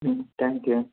thank you